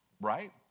Right